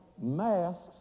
Masks